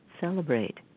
Celebrate